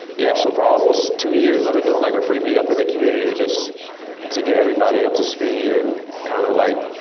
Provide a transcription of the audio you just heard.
yeah so for almost two years, i've been doing like a free meetup in the community just to get everybody up to speed and kinda kind of like,